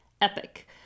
EPIC